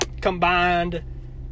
combined